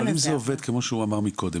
אבל אם זה עובד כמו שהוא אמר מקודם,